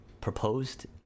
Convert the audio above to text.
proposed